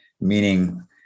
Meaning